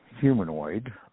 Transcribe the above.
humanoid